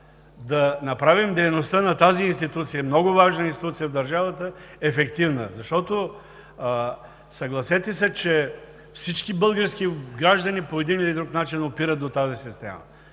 да направим дейността на тази много важна институция в държавата ефективна, защото, съгласете се, че всички български граждани по един или друг начин опират до тази система.